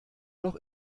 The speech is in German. noch